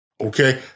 Okay